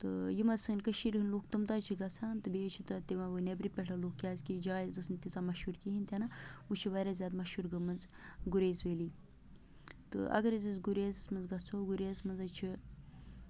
تہٕ یِم حظ سٲنۍ کٔشیٖر ہِندۍ لُکھ تم تہِ چھِ گژھان تہٕ بیٚیہِ چھِ تِم ونۍ نیٚبرِ پٮ۪ٹھن لُکھ کیٛازِ کہِ جایہِ ٲس نہٕ تیٖژاہ مَشہوٗر کِہینۍ تہِ نہٕ وٕ چھِ واریاہ زیادٕ مَشوٗر گٔمٕژ گُریز ویلی تہٕ اَگر أسۍ حظ گُریزَس منٛز گژھو گُریز منٛز حظ چھِ